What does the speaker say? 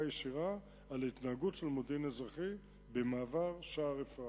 ישירה על התנהגות של "מודיעין אזרחי" במעבר שער-אפרים.